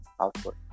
Output